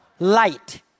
light